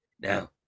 Now